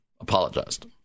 apologized